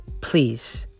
please